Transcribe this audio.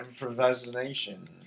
improvisation